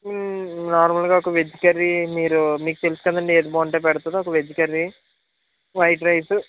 నార్మల్గా ఒక veg curry మీరు మీకు తెలుసు కదండి ఏది బాగుంటే పెట్టాలో ఒక వెజ్ కర్రీ వైట్ రైసు